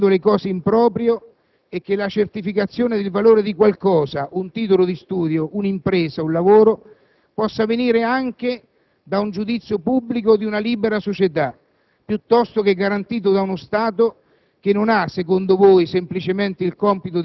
la possibilità che qualcuno possa anche sbagliare facendo le cose in proprio e che la certificazione del valore di qualcosa, un titolo di studio, un'impresa, un lavoro, possa venire anche da un giudizio pubblico di una libera società,